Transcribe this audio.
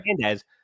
Hernandez